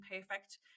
perfect